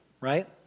right